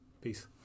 Peace